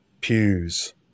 pews